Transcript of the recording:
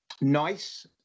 nice